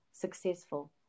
successful